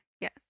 Yes